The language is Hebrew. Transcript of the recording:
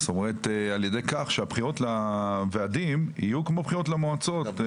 על ידי כך שהבחירות לוועדים יהיו כמו בחירות למועצות.